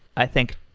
i think,